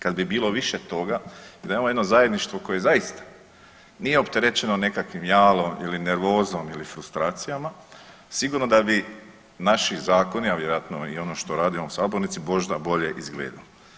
Kad bi bilo više toga i da imamo jedno zajedništvo koje zaista nije opterećeno nekakvim jalom ili nervozom ili frustracijama sigurno da bi naši zakoni, a vjerojatno i ono što radimo u sabornici možda bolje izgledalo.